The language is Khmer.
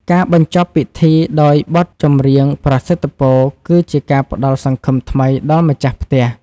ការបញ្ចប់ពិធីដោយបទចម្រៀងប្រសិទ្ធពរ គឺជាការផ្ដល់សង្ឃឹមថ្មីដល់ម្ចាស់ផ្ទះ។